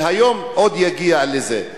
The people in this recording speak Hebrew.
והיום עוד יגיע לזה.